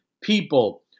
people